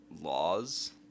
laws